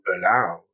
allow